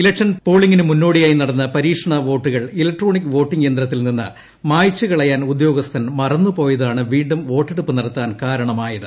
election പോളിങിന് മുന്നോടിയായി നടന്ന പരീക്ഷണ വോട്ടുകൾ ഇലക്ട്രോണിക് വോട്ടിംഗ് യന്ത്രത്തിൽ നിന്ന് മായ്ച്ചു കളയാൻ ഉദ്യോഗസ്ഥൻ മറന്നുപോയതാണ് വീണ്ടും വോട്ടെടുപ്പ് നടത്താൻ തിരഞ്ഞെടുപ്പ് കാരണമായത്